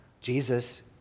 Jesus